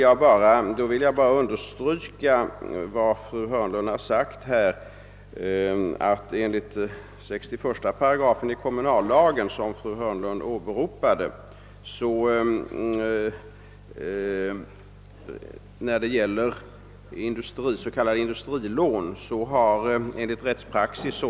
Jag vill nu bara understryka vad angår 61 § kommunallagen, som fru Hörnlund åberopade, att enligt rättspraxis s.k. industrilån inte har medgivits.